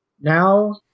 Now